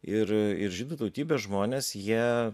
ir ir žydų tautybės žmones jie